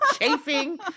chafing